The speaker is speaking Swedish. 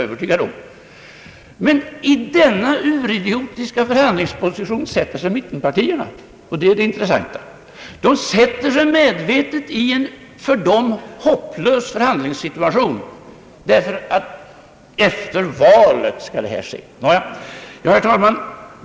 Men i denna uridiotiska förhandlingsposition försätter sig mittenpartierna — och det är det intressanta — medvetet i en för dem hopplös förhandlingssituation därför att detta skall ske efter valet. Herr talman!